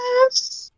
Yes